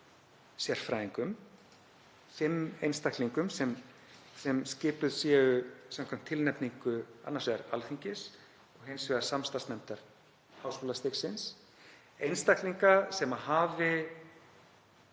sérfræðingum, fimm einstaklingum sem skipuð séu samkvæmt tilnefningu annars vegar Alþingis, hins vegar samstarfsnefndar háskólastigsins, einstaklingum sem hafi